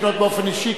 לפנות באופן אישי,